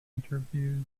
interviews